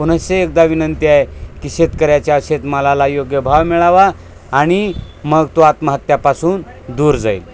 म्हणूनच एकदा विनंती आहे की शेतकऱ्याच्या शेतमालाला योग्य भाव मिळावा आणि मग तो आत्महत्यापासून दूर जाईल